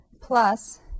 plus